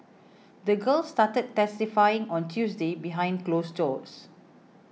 the girl started testifying on Tuesday behind closed doors